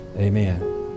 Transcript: Amen